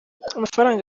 amafaranga